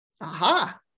Aha